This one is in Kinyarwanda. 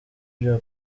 bya